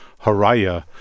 Haraya